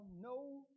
no